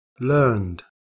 learned